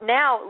now